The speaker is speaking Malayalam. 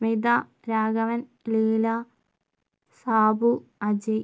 സ്മിത രാഘവൻ ലീല സാബു അജയ്